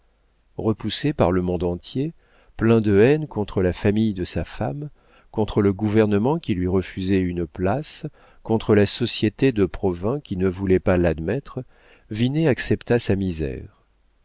repoussé par le monde entier plein de haine contre la famille de sa femme contre le gouvernement qui lui refusait une place contre la société de provins qui ne voulait pas l'admettre vinet accepta sa misère